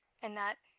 and that,